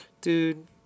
Dude